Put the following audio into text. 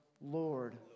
Lord